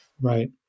Right